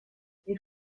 est